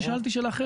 שאלתי שאלה אחרת.